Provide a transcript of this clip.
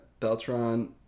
Beltron